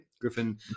Griffin